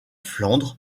flandre